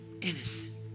innocent